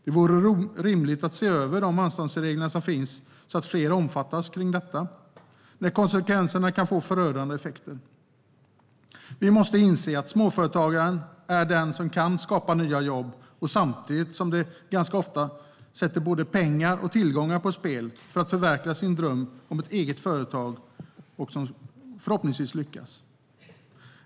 Det vore rimligt att se över de anståndsregler som finns så att fler omfattas av dem när konsekvenserna kan få förödande effekter. Vi måste inse att småföretagare är de som kan skapa nya jobb, samtidigt som de ganska ofta sätter både pengar och tillgångar på spel för att förverkliga sin dröm om ett eget företag och förhoppningsvis lyckas.